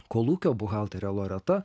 kolūkio buhalterė loreta